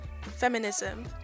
feminism